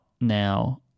now